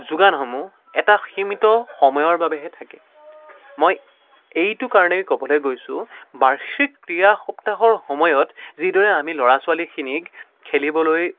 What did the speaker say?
যোগানসমূহ এটা সীমিত সময়ৰ বাবেহে থাকে মই এইটো কাৰণেই ক'বলৈ গৈছোঁ বাৰ্ষিক ক্ৰীড়া সপ্তাহৰ সময়ত যিদৰে আমি ল'ৰা ছোৱালীখিনিক খেলিবলৈ